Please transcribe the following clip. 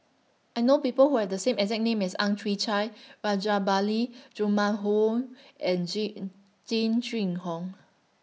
I know People Who Have The same exact name as Ang Chwee Chai Rajabali Jumabhoy and J Jing Jun Hong